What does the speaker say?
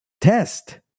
test